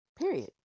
Period